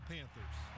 Panthers